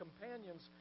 companions